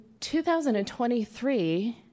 2023